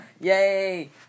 Yay